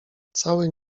cały